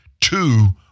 two